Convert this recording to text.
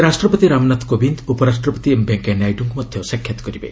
ସେ ରାଷ୍ଟ୍ରପତି ରାମନାଥ କୋବିନ୍ଦ ଉପରାଷ୍ଟ୍ରପତି ଏମ୍ ଭେଙ୍କୟା ନାଇଡ଼ୁଙ୍କୁ ମଧ୍ୟ ସାକ୍ଷାତ୍ କରିବେ